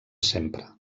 sempre